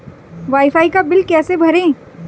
Wi fi का bill कैसे भरें?